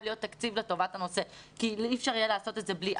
להיות תקציב לטובת הנושא כי אי אפשר יהיה לעשות את זה בלי זה,